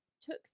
took